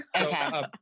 Okay